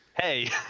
hey